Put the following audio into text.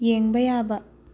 ꯌꯦꯡꯕ ꯌꯥꯕ